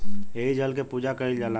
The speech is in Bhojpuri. एही से जल के पूजा कईल जाला